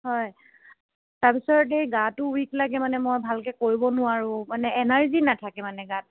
হয় তাৰপিছত এই গাটো উইক লাগে মানে মই ভালকৈ কৰিব নোৱাৰোঁ মানে এনাৰ্জি নাথাকে মানে গাত